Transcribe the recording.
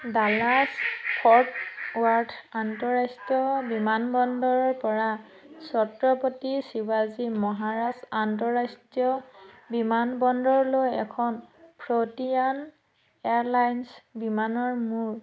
Dallas Fort Worth আন্তঃৰাষ্ট্ৰীয় বিমানবন্দৰৰ পৰা ছত্ৰপতি শিৱাজী মহাৰাজ আন্তঃৰাষ্ট্ৰীয় বিমানবন্দৰ লৈ এখন ফ্ৰণ্টিয়াৰ এয়াৰলাইন্স বিমানত মোৰ